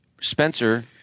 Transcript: Spencer